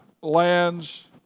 lands